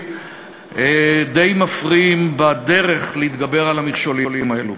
די מפריעים בדרך להתגבר על המכשולים האלה.